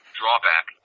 drawback